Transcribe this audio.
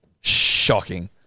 Shocking